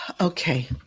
Okay